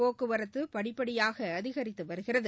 போக்குவரத்துபடிப்படியாகஅதிகரித்துவருகிறது